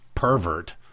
pervert